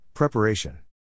Preparation